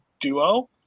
duo